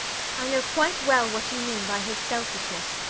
i know quite well what you mean by his selfishness.